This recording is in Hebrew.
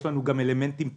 יש לנו גם אלמנטים טיפוליים.